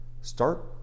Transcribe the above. start